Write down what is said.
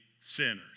sinners